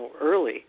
early